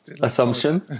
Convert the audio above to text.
assumption